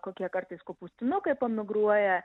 kokie kartais kopūstinukai pamigruoja